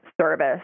service